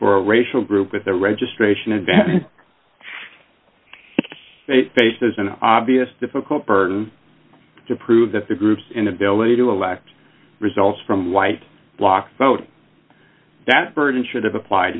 for a racial group with a registration event faces an obvious difficult burden to prove that the group's inability to elect results from white block vote that burden should have applied